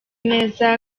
neza